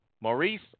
Maurice